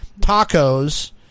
tacos –